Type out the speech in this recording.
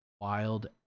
wild